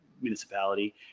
municipality